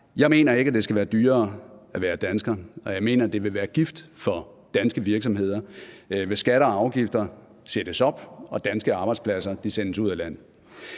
Jeg mener ikke, at det skal være dyrere at være dansker, og jeg mener, at det vil være gift for danske virksomheder, hvis skatter og afgifter sættes op og danske arbejdspladser sendes ud af landet.